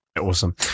Awesome